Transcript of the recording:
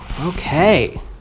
Okay